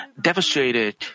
devastated